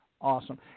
Awesome